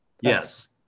Yes